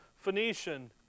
Phoenician